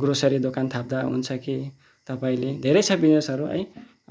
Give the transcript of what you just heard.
grocery दोकान थाप्दा हुन्छ कि तपाईँले धेरै छ बिजनेसहरू है